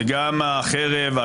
וגם החרב,